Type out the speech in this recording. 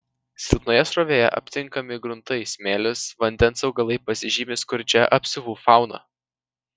silpnoje srovėje aptinkami gruntai smėlis vandens augalai pasižymi skurdžia apsiuvų fauna